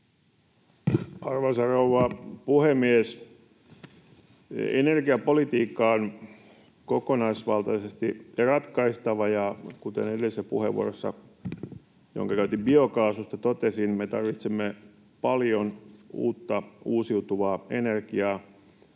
Arvoisa rouva puhemies! Energiapolitiikka on kokonaisvaltaisesti ratkaistava, ja kuten edellisessä puheenvuorossani, jonka käytin biokaasusta, totesin, me tarvitsemme paljon uutta uusiutuvaa energiaa.